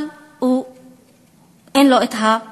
אבל אין לו את השאיפה,